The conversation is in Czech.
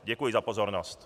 Děkuji za pozornost.